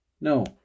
No